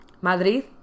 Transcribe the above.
Madrid